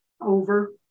over